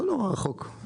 לא נורא רחוק.